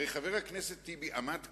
הרי חבר הכנסת טיבי עמד כאן,